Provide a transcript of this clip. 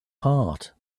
heart